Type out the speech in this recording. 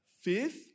fifth